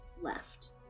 left